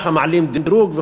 וככה מעלים דירוג,